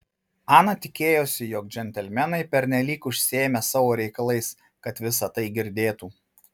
ana tikėjosi jog džentelmenai pernelyg užsiėmę savo reikalais kad visa tai girdėtų